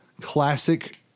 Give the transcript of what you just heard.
classic